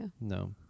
No